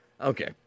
Okay